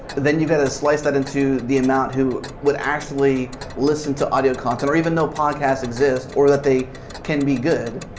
then you've got to slice that into the amount who would actually listen to audio content, or even know podcasts exist or that they can be good,